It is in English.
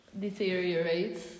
deteriorates